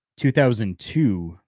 2002